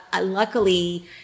luckily